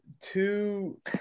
two